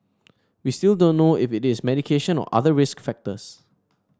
we still don't know if it is medication or other risk factors